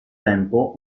tempo